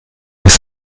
ist